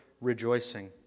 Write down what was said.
rejoicing